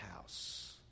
house